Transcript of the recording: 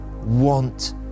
want